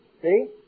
See